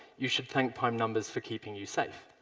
you should thank prime numbers for keeping you safe.